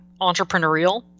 entrepreneurial